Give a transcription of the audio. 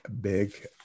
big